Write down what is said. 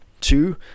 Two